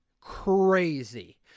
crazy